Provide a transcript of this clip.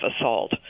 assault